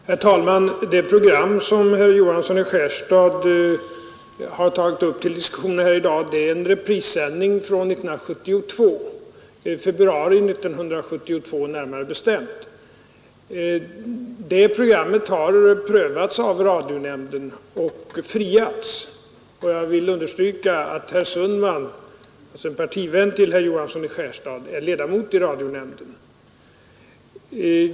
Herr talman! Det program som herr Johansson i Skärstad har tagit upp till diskussion här i dag är en reprissändning från 1972 — februari 1972 närmare bestämt. Programmet har prövats av radionämnden och friats, och jag vill understryka att herr Sundman — alltså en partivän till herr Johansson i Skärstad — är ledamot av radionämnden.